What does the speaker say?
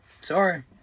Sorry